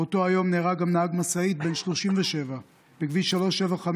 באותו יום נהרג גם נהג משאית בן 37 בכביש 375,